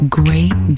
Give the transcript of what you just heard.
great